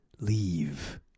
leave